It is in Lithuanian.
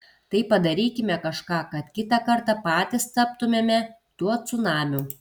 tai padarykime kažką kad kitą kartą patys taptumėme tuo cunamiu